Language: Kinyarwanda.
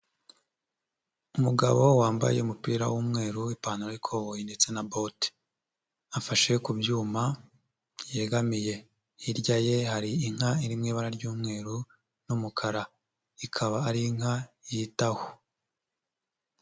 Umugabo wambaye umupira w'umweru, ipantaro y'ikoboyi ndetse na bote afashe ku byuma yegamiye, hirya ye hari inka iri mu ibara ry'umweru n'umukara ikaba ari inka yitaho.